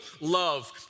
love